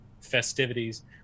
festivities